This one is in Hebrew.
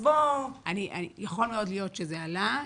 יכול מאוד להיות שזה עלה.